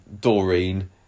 Doreen